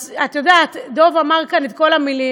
את יודעת, דב אמר פה את כל המילים,